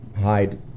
hide